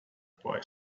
boy